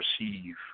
receive